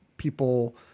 People